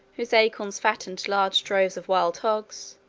whose acorns fattened large droves of wild hogs,